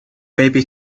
baby